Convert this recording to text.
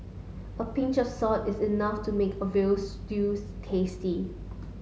a pinch of salt is enough to make a veal stew tasty